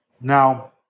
Now